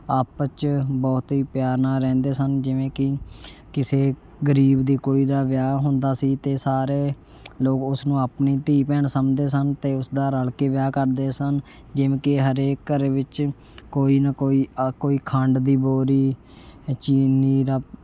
ਆਪਸ 'ਚ ਬਹੁਤ ਹੀ ਪਿਆਰ ਨਾਲ ਰਹਿੰਦੇ ਸਨ ਜਿਵੇਂ ਕਿ ਕਿਸੇ ਗਰੀਬ ਦੀ ਕੁੜੀ ਦਾ ਵਿਆਹ ਹੁੰਦਾ ਸੀ ਅਤੇ ਸਾਰੇ ਲੋਕ ਉਸ ਨੂੰ ਆਪਣੀ ਧੀ ਭੈਣ ਸਮਝਦੇ ਸਨ ਅਤੇ ਉਸਦਾ ਰਲ ਕੇ ਵਿਆਹ ਕਰਦੇ ਸਨ ਜਿਵੇਂ ਕਿ ਹਰੇਕ ਘਰ ਵਿੱਚ ਕੋਈ ਨਾ ਕੋਈ ਆ ਕੋਈ ਖੰਡ ਦੀ ਬੋਰੀ ਚੀਨੀ ਦਾ